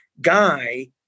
guy